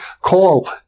call